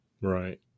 right